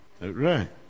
right